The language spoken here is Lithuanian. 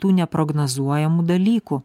tų neprognozuojamų dalykų